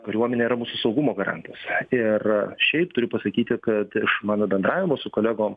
kariuomenė yra mūsų saugumo garantas ir šiaip turiu pasakyti kad iš mano bendravimo su kolegom